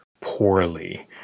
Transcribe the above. poorly